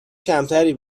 کمتری